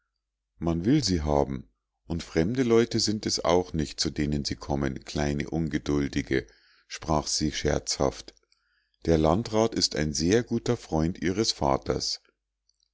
man will sie haben und fremde leute sind es auch nicht zu denen sie kommen kleine ungeduldige sprach sie scherzhaft der landrat ist ein sehr guter freund ihres vaters